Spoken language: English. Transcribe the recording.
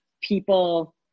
people